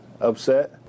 upset